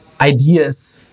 ideas